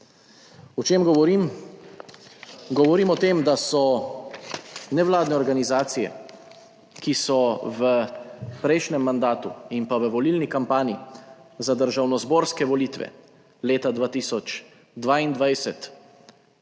O čem govorim? Govorim o tem, da so nevladne organizacije, ki so v prejšnjem mandatu in pa v volilni kampanji za državnozborske volitve leta 2022